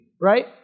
right